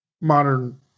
Modern